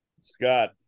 Scott